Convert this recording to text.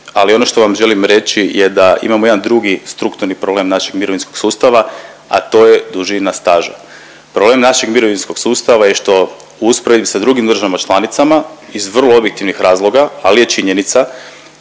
ali ono što vam želim reći je da imamo jedan drugi strukturni problem našeg mirovinskog sustava, a to je dužina staža. Problem našeg mirovinskog sustava je što u usporedbi sa drugim državama članicama iz vrlo objektivnih razloga, al je činjenica,